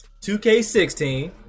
2k16